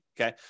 okay